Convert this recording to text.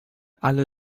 alle